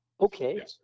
Okay